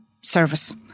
service